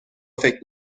فکر